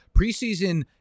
Preseason